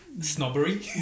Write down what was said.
Snobbery